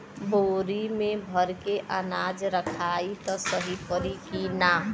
बोरी में भर के अनाज रखायी त सही परी की ना?